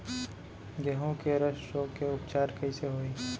गेहूँ के रस्ट रोग के उपचार कइसे होही?